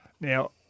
now